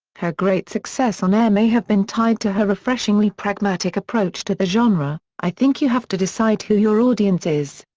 her great success on air may have been tied to her refreshingly pragmatic approach to the genre, i think you have to decide who your audience is.